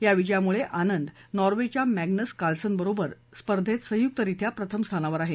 या विजयामुळं आनंद नॉर्वेच्या मॅग्नस कार्लस बरोबर स्पर्धेत संयुक्तरित्या प्रथम स्थानावर आहे